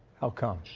how come?